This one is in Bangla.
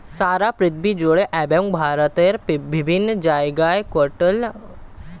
সারা পৃথিবী জুড়ে এবং ভারতের বিভিন্ন জায়গায় কটন উৎপাদন হয়